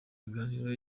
biganiro